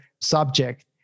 subject